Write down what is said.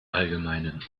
allgemeinen